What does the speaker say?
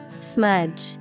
Smudge